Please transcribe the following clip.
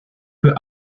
für